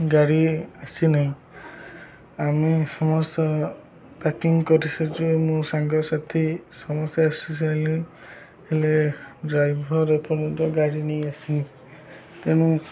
ଗାଡ଼ି ଆସିନାହିଁ ଆମେ ସମସ୍ତ ପ୍ୟାକିଂ କରିସାରିଛୁ ମୋ ସାଙ୍ଗସାଥି ସମସ୍ତେ ଆସିସାରିଲେଣି ହେଲେ ଡ୍ରାଇଭର୍ ଏପର୍ଯ୍ୟନ୍ତ ଗାଡ଼ି ନେଇ ଆସିନି ତେଣୁ